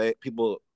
people